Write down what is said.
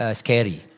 scary